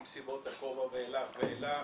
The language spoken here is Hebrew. ממסיבות ה- -- ואילך ואילך,